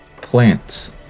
plants